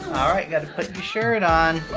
alright gotta put your shirt on